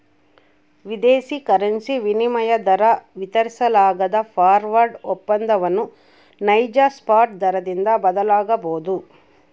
ವಿದೇಶಿ ಕರೆನ್ಸಿ ವಿನಿಮಯ ದರ ವಿತರಿಸಲಾಗದ ಫಾರ್ವರ್ಡ್ ಒಪ್ಪಂದವನ್ನು ನೈಜ ಸ್ಪಾಟ್ ದರದಿಂದ ಬದಲಾಗಬೊದು